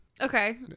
Okay